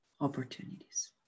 opportunities